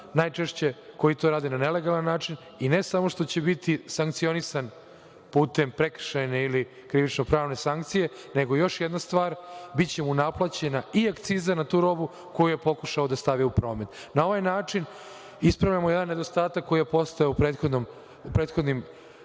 najčešće koji to rade na nelegalan način i ne samo što će biti sankcionisan putem prekršajne ili krivično pravne sankcije, nego još jedna stvar, biće mu naplaćena i akciza na tu robu koju je pokušao da stavi u promet. Na ovaj način ispravljamo jedan nedostatak koji je postojao u prethodnim